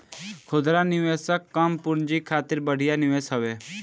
खुदरा निवेशक कम पूंजी खातिर बढ़िया निवेश हवे